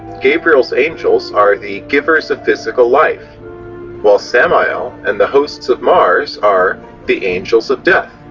gabriel's angels are the givers of physical life while samael and the hosts of mars are the angels of death.